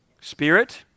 Spirit